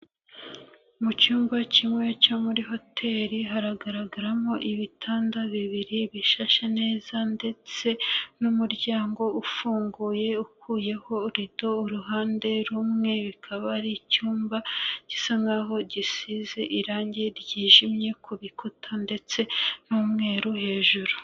Mucyumba kimwe cyo muri hoteri, haragaragaramo ibitanda bibiri bishashe neza ndetse n'umuryango ufunguye ukuyeho rido uruhande rumwe, bikaba ari icyumba gisa nk'aho gisize irangi ryijimye ku rukuta ndetse n'umweru hejuru.